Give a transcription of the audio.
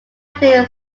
played